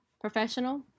Professional